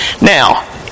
Now